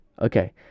Okay